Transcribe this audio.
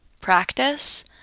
practice